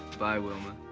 bye, wilma.